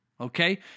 Okay